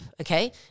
okay